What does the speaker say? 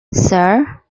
sir